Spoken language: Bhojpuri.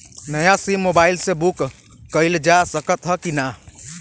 नया सिम मोबाइल से बुक कइलजा सकत ह कि ना?